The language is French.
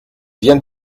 viens